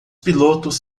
pilotos